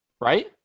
Right